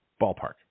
Ballpark